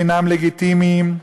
אינם לגיטימיים,